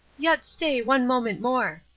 yet stay, one moment more.